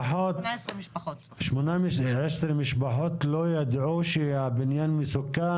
שמונה עשרה משפחות לא ידעו שהבניין מסוכן?